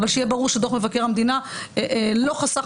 אבל שיהיה ברור שדוח מבקר המדינה לא חסך